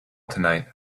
tonight